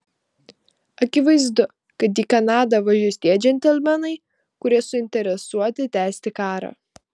akivaizdu kad į kanadą važiuos tie džentelmenai kurie suinteresuoti tęsti karą